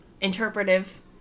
interpretive